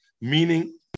Meaning